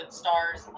stars